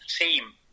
team